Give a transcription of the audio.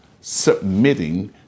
submitting